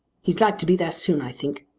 he's like to be there soon, i think.